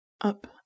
up